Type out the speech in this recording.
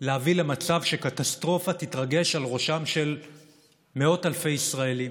להביא למצב שקטסטרופה תתרגש על ראשם של מאות אלפי ישראלים,